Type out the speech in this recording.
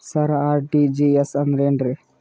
ಸರ RTGS ಅಂದ್ರ ಏನ್ರೀ?